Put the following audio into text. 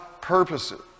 purposes